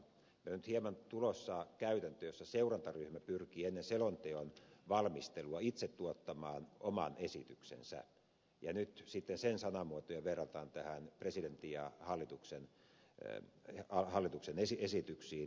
nyt hieman on tulossa käytäntö jossa seurantaryhmä pyrkii ennen selonteon valmistelua itse tuottamaan oman esityksensä ja sitten sen sanamuotoja verrataan presidentin ja hallituksen esityksiin